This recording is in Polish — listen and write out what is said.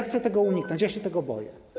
Chcę tego uniknąć, ja się tego boję.